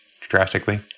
drastically